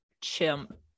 Chimp